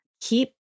keep